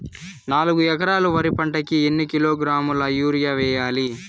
నాలుగు ఎకరాలు వరి పంటకి ఎన్ని కిలోగ్రాముల యూరియ వేయాలి?